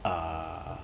err